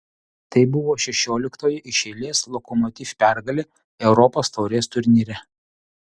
tai buvo šešioliktoji iš eilės lokomotiv pergalė europos taurės turnyre